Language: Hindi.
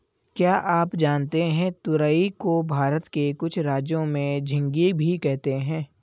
क्या आप जानते है तुरई को भारत के कुछ राज्यों में झिंग्गी भी कहते है?